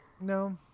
No